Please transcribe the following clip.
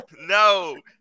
No